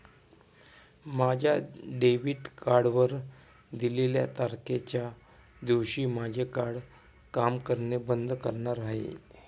माझ्या डेबिट कार्डवर दिलेल्या तारखेच्या दिवशी माझे कार्ड काम करणे बंद करणार आहे